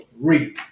Read